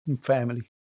Family